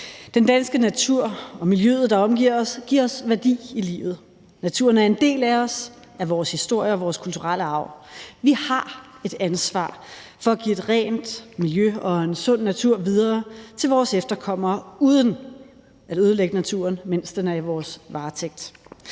Den danske natur og miljøet, der omgiver os, giver os værdi i livet. Naturen er en del af os, af vores historie og vores kulturelle arv. Vi har et ansvar for at give et rent miljø og en sund natur videre til vores efterkommere uden at ødelægge naturen, mens den er i vores varetægt.